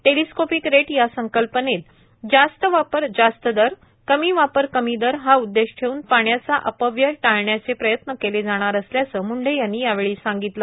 telescopic rate या संकल्पनेत जास्त वापर जास्त दर कमी वापर कमी दर हा उद्देश ठेवून पाण्याचा अपव्यय टाळण्याचे प्रयत्न केले जाणार असल्याचे मुंढे यांनी यावेळी सांगितलं